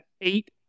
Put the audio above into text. eight